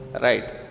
Right